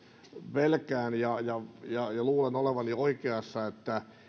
pelkään ja ja luulen olevani oikeassa että